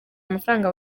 amafaranga